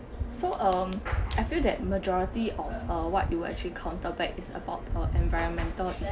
so um I feel that majority of uh what you actually counter back is about uh environmental